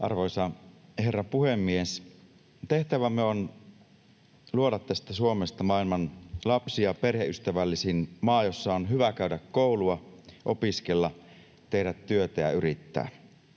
Arvoisa herra puhemies! Tehtävämme on luoda tästä Suomesta maailman lapsi- ja perheystävällisin maa, jossa on hyvä käydä koulua, opiskella, tehdä työtä ja yrittää,